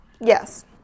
yes